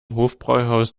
hofbräuhaus